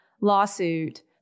lawsuit